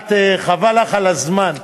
את, חבל לך על הזמן.